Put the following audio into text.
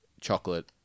chocolate